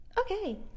Okay